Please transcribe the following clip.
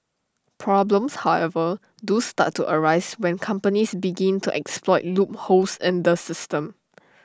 problems however do start to arise when companies begin to exploit loopholes in the system